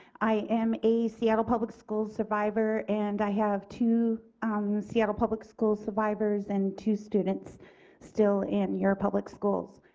i am a seattle public schools survivor and i have two seattle public schools survivors and to students still in your public schools.